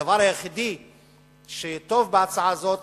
הדבר היחיד שטוב בהצעה הזאת,